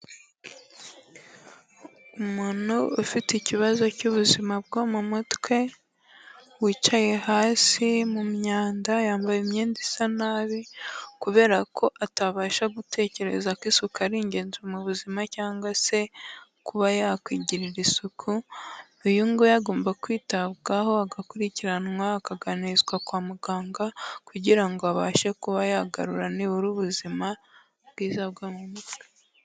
Umuntu ufite ikibazo cy'ubuzima bwo mu mutwe, wicaye hasi mu myanda, yambaye imyenda isa nabi kubera ko atabasha gutekereza ko isuku ari ingenzi mu buzima cyangwa se kuba yakwigirira isuku, uyu nguyu agomba kwitabwaho, agakurikiranwa, akaganirizwa kwa muganga kugira ngo abashe kuba yagarura nibura ubuzima bwiza bwo mu mutwe.